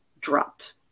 dropped